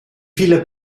viele